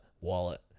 wallet